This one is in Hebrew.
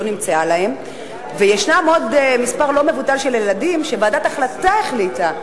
יש עוד מספר לא מבוטל של ילדים שוועדת החלטה החליטה בעניינם.